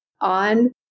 on